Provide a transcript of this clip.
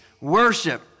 worship